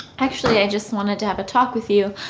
actually, i just wanted to have a talk with you.